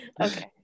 okay